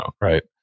Right